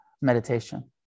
meditation